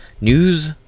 news